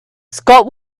scott